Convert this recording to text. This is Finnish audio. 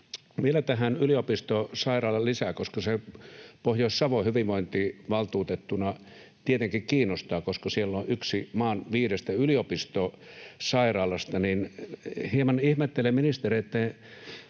Vielä tähän yliopistosairaalalisään, koska se Pohjois-Savon hyvinvointivaltuutettuna tietenkin kiinnostaa, sillä siellä on yksi maan viidestä yliopistosairaalasta. Hieman ihmettelen ministereitten